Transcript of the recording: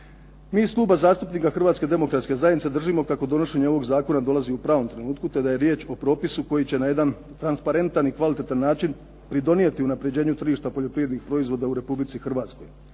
Mi iz Kluba zastupnika Hrvatske demokratske zajednice držimo kako donošenje ovog zakona dolazi u pravom trenutku te da je riječ o propisu koji će na jedan transparentan i kvalitetan način pridonijeti unapređenju tržišta poljoprivrednih proizvoda u Republici Hrvatskoj.